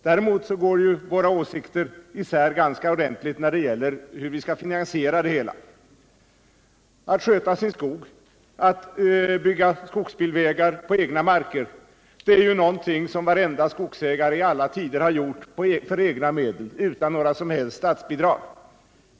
Däremot går våra åsikter isär när det gäller hur vi skall finansiera det hela. Att sköta sin skog, att bygga skogsbilvägar på egna marker, det är någonting som varenda skogsägare i alla tider gjort för egna medel utan några som helst statsbidrag.